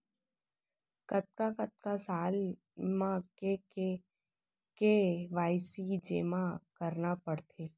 कतका कतका साल म के के.वाई.सी जेमा करना पड़थे?